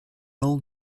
old